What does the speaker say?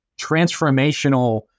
transformational